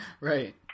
Right